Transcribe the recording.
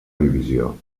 divisió